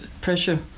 pressure